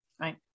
Right